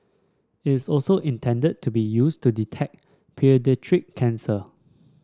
it is also intended to be used to detect paediatric cancer